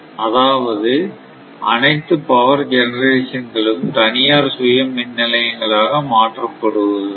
அதாவது அனைத்து power generation களும் தனியார் சுய மின் நிலையங்களாக மாற்றப்படுவதுதான்